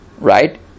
Right